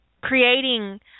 Creating